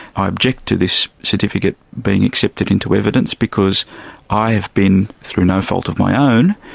i object to this certificate being accepted into evidence because i have been, through no fault of my own,